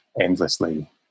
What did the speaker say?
endlessly